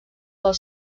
del